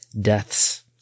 deaths